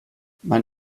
mein